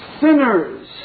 sinners